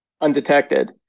undetected